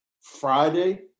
Friday